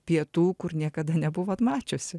pietų kur niekada nebuvot mačiusi